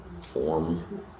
form